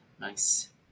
Nice